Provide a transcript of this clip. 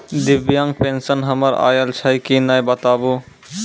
दिव्यांग पेंशन हमर आयल छै कि नैय बताबू?